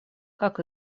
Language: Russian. как